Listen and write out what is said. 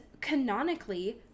canonically